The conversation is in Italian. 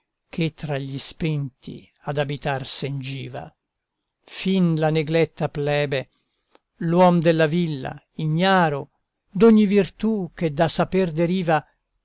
che tra gli spenti ad abitar sen giva fin la negletta plebe l'uom della villa ignaro d'ogni virtù che da saper deriva